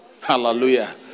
Hallelujah